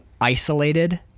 isolated